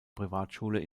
privatschule